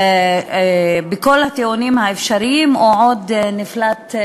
בכל הטיעונים האפשריים או אולי עוד נפלטו